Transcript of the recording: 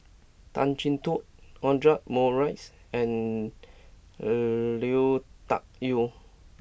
Tan Chin Tuan Audra Morrice and Lui Tuck Yew